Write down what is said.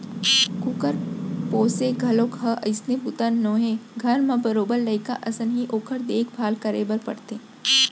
कुकुर पोसे घलौक ह अइसने बूता नोहय घर म बरोबर लइका असन ही ओकर देख भाल करे बर परथे